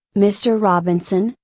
mister robinson,